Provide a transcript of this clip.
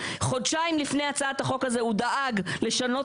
חודשיים לפני הצעת החוק הזה הוא דאג לשנות